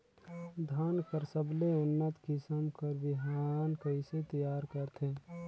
धान कर सबले उन्नत किसम कर बिहान कइसे तियार करथे?